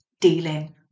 dealing